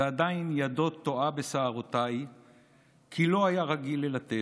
ועדיין ידו תועה בשערותיי (כי לה היה רגיל ללטף),